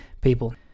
people